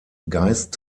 geist